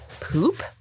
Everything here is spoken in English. poop